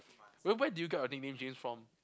wait where did get your nickname James from